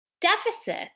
deficit